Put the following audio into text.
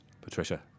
Patricia